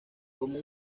como